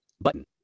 Button